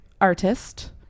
artist